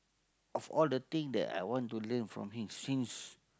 of all the things that I want to learn from him since